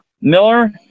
Miller